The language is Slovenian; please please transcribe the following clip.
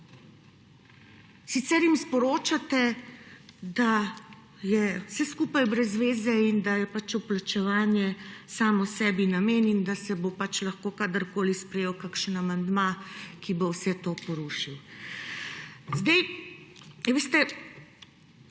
Sicer jim sporočate, da je vse skupaj brez veze in da je vplačevanje samo sebi namen in da se bo lahko kadarkoli sprejel kakšen amandma, ki bo vse to porušil. Zelo sem